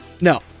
no